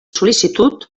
sol·licitud